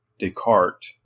Descartes